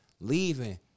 leaving